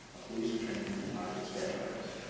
a police trained composite sketch artist.